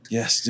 Yes